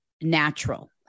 natural